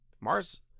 Mars